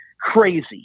crazy